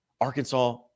Arkansas